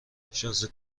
شازده